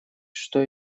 что